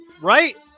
right